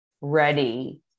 ready